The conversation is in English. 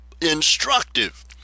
instructive